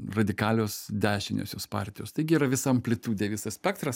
radikalios dešiniosios partijos taigi yra visa amplitudė visas spektras